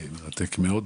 מרתק מאוד.